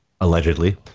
Allegedly